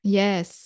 yes